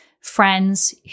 friends